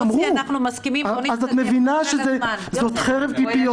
אז את מבינה שזאת חרב פיפיות.